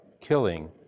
killing